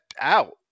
out